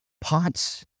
pots